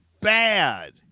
Bad